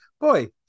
boy